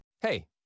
Hey